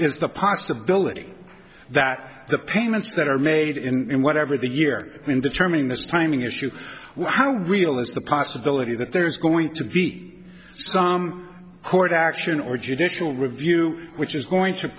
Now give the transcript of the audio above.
the possibility that the payments that are made in whatever the year in determining this timing issue wow real is the possibility that there is going to be some cool right action or judicial review which is going to